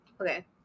Okay